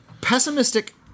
pessimistic